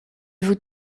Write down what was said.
vous